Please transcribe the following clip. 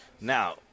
Now